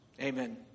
Amen